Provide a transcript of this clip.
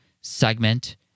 segment